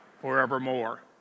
forevermore